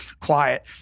quiet